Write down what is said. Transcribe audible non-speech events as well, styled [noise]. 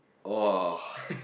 oh [breath]